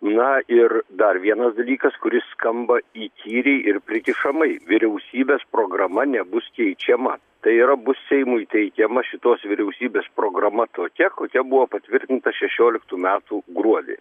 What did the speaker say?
na ir dar vienas dalykas kuris skamba įkyriai ir prikišamai vyriausybės programa nebus keičiama tai yra bus seimui teikiama šitos vyriausybės programa tokia kokia buvo patvirtinta šešioliktų metų gruodį